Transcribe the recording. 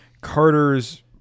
Carter's